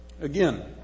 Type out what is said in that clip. Again